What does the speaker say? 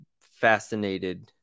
fascinated